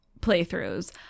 playthroughs